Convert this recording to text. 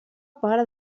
part